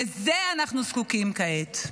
לזה אנחנו זקוקים כעת.